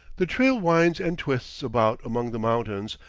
the trail winds and twists about among the mountains,